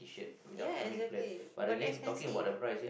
yes exactly but expensive